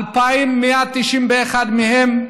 2,191 מהם,